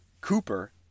Cooper